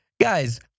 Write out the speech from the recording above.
guys